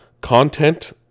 Content